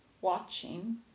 watching